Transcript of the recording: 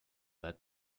that